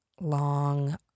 long